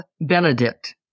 benedict